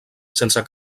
sense